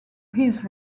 his